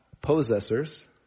possessors